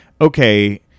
okay